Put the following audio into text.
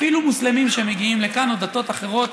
ואפילו מוסלמים שמגיעים לכאן או בני דתות אחרות.